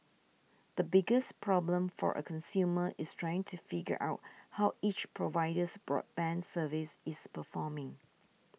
the biggest problem for a consumer is trying to figure out how each provider's broadband service is performing